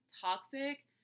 toxic